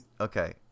Okay